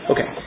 Okay